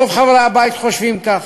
רוב חברי הבית חושבים כך,